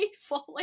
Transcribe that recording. falling